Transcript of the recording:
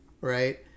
right